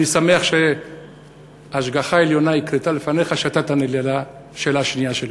אני שמח שהשגחה עליונה הקרתה לפניך שאתה תענה על השאלה השנייה שלי.